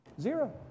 Zero